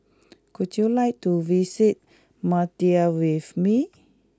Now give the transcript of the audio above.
would you like to visit Madrid with me